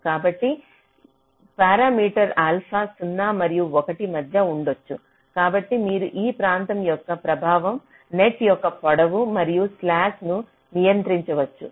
కాబట్టి parameter alpha 0 మరియు 1 మధ్య ఉండొచ్చు కాబట్టి మీరు ఈ ప్రాంతం యొక్క ప్రభావం నెట్ యొక్క పొడవు మరియు స్లాక్ ను నియంత్రించవచ్చు